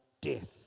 death